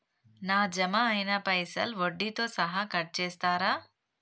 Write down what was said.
నా జమ అయినా పైసల్ వడ్డీతో సహా కట్ చేస్తరా?